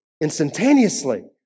instantaneously